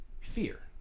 fear